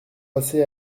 passés